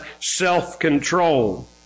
self-control